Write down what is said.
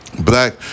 Black